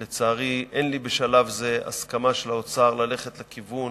לצערי, אין לי בשלב זה הסכמה של האוצר ללכת לכיוון